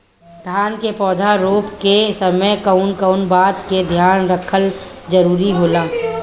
धान के पौधा रोप के समय कउन कउन बात के ध्यान रखल जरूरी होला?